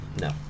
No